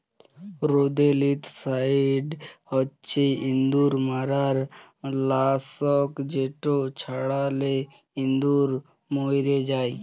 rodenticide হছে ইঁদুর মারার লাসক যেট ছড়ালে ইঁদুর মইরে যায়